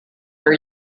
are